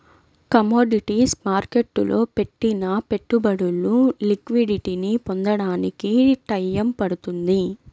commodities మార్కెట్టులో పెట్టిన పెట్టుబడులు లిక్విడిటీని పొందడానికి టైయ్యం పడుతుంది